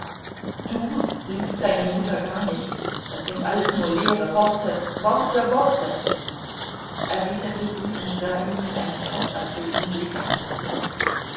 du liebst deine mutter gar nicht das sind alles nur leere worte worte worte erwiderte sie und sah ihn mit einem haßerfüllten blicke an